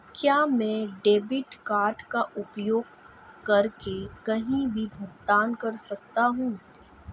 क्या मैं debit card का उपयोग करके कहीं भी भुगतान कर सकता हूं?